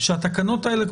שבתקנות האלה,